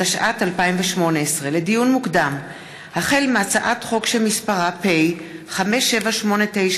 הישיבה השלוש-מאות-ושבעים-ואחת של הכנסת העשרים יום שני,